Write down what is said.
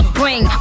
bring